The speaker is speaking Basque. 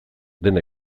dena